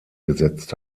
gesetzt